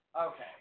Okay